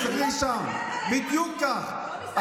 תסתכלי לשם, בדיוק כך.